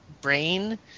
brain